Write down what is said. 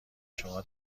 شما